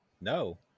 No